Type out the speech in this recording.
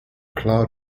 cloud